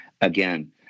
again